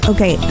Okay